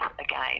again